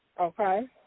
Okay